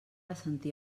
assentir